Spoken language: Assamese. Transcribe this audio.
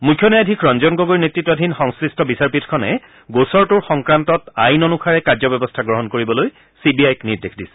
মুখ্য ন্যায়াধীশ ৰঞ্জন গগৈৰ নেতৃতাধীন সংশ্লিষ্ট বিচাৰপীঠখনে গোচৰটোৰ সংক্ৰান্তত আইন অনুসাৰে কাৰ্যব্যৱস্থা গ্ৰহণ কৰিবলৈ চি বি আইক নিৰ্দেশ দিছে